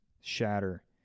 shatter